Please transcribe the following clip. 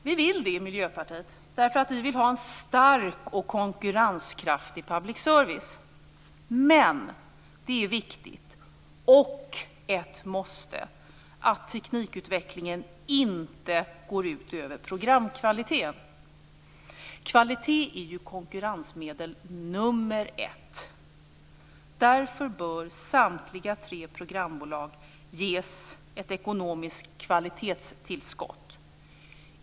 Det vill vi i Miljöpartiet därför att vi vill ha en stark och konkurrenskraftig public service, men det är viktigt och ett måste att teknikutvecklingen inte går ut över programkvaliteten. Kvalitet är konkurrensmedel nummer ett. Därför bör samtliga tre programbolag ges ett ekonomiskt kvalitetstillskott.